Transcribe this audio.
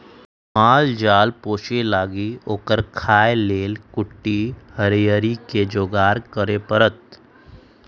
माल जाल पोशे लागी ओकरा खाय् लेल कुट्टी हरियरी कें जोगार करे परत